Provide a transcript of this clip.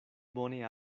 bone